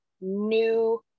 new